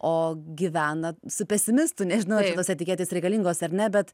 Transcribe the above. o gyvena su pesimistu nežinau ar čia tos etiketės reikalingos ar ne bet